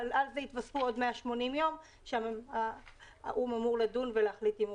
על זה יתווספו עוד 180 יום שהאו"ם אמור לדון ולהחליט האם הוא